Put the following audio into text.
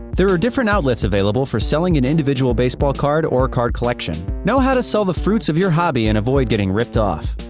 there are different outlets available for selling an individual baseball card or card collection. know how to sell the fruits of your hobby and avoid getting ripped off.